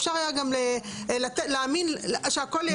אפשר היה גם להאמין שהכול יהיה בסדר,